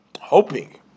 hoping